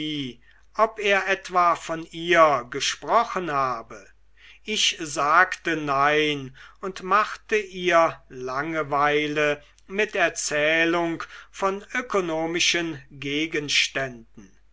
ob er etwa von ihr gesprochen habe ich sagte nein und machte ihr langeweile mit erzählung von ökonomischen gegenständen